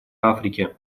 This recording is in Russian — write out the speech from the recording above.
африки